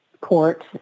court